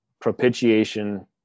propitiation